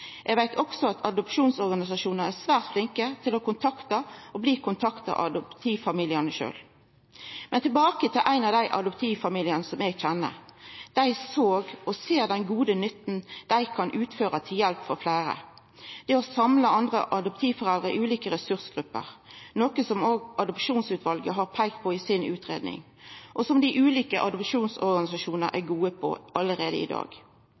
Eg veit også at adopsjonsorganisasjonane er svært flinke til å kontakta og bli kontakta av adoptivfamiliane sjølve. Men tilbake til ein av dei adoptivfamiliane som eg kjenner. Dei såg, og ser, den gode nytta dei kan gjera ved å vera til hjelp for fleire – det å samla andre adoptivforeldre i ulike ressursgrupper, noko som også Adopsjonsutvalet har peikt på i utgreiinga si, og som dei ulike adopsjonsorganisasjonane er gode på allereie i dag.